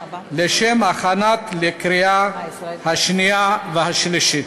לשם הכנתה לקריאה שנייה ושלישית.